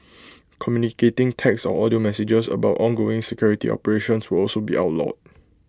communicating text or audio messages about ongoing security operations will also be outlawed